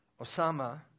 Osama